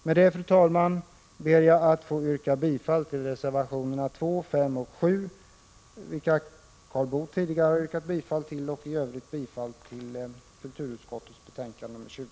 Med detta, fru talman, ber jag att få yrka bifall till reservationerna 2, 5 och 7, vilka Karl Boo tidigare har yrkat bifall till, och i övrigt till hemställan i kulturutskottets betänkande nr 20.